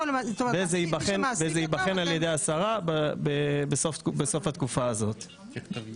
זה ייבחן על ידי השרה בסוף התקופה הזאת.